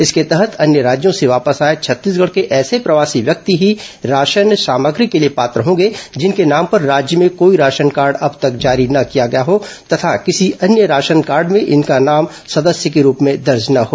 इसके तहत अन्य राज्यों से वापस आए छत्तीसगढ के ऐसे प्रवासी व्यक्ति ही राशन सामग्री के लिए पात्र होंगे जिनके नाम पर राज्य में कोई राशन कार्ड अब तक जारी न किया गया हो तथा किसी अन्य राशन कार्ड में इनका नाम सदस्य के रूप में दर्ज न हो